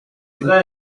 une